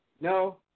No